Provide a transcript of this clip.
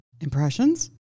Impressions